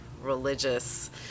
religious